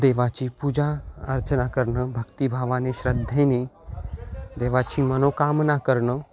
देवाची पूजा अर्चना करणं भक्तिभावाने श्रद्धेने देवाची मनोकामना करणं